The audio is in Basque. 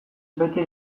bete